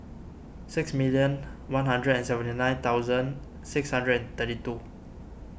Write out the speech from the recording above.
six million one hundred and seventy nine thousand six hundred and thirty two